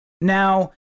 Now